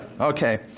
Okay